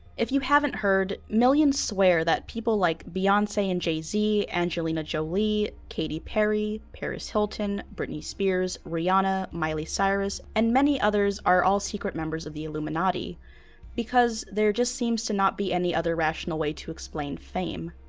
if you haven't heard, millions swear that people like beyonce and jay-z, angelina jolie katy perry, paris hilton, britney spears rihanna, miley cyrus, and many others are all secret members of the illuminati because there just seems to not be any other rational way to explain fame.